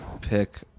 pick